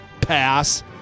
Pass